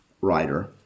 writer